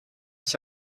ich